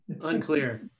unclear